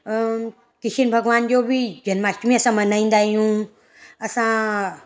किशन भॻवानु जो बि जन्माष्टमी असां मल्हाईंदा आहियूं असां